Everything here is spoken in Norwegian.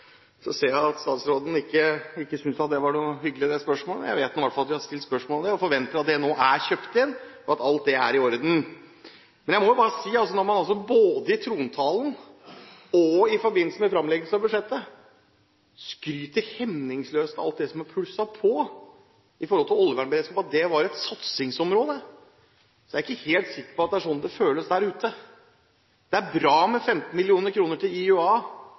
hvert fall at vi har stilt spørsmål om det, og forventer at det nå er kjøpt inn, og at alt det er i orden. Når man både i trontalen og i forbindelse med framleggelse av budsjettet skryter hemningsløst av alt det som er plusset på når det gjelder oljevernberedskap, og at det er et satsingsområde, må jeg si at jeg er ikke helt sikker på at det er sånn det føles der ute. Det er bra med 15 mill. kr til IUA